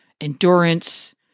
endurance